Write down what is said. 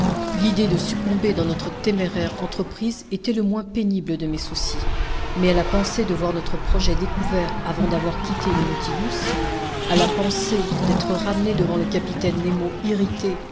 l'idée de succomber dans notre téméraire entreprise était le moins pénible de mes soucis mais à la pensée de voir notre projet découvert avant d'avoir quitté le nautilus à la pensée d'être ramené devant le capitaine nemo irrité